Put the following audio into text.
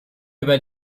über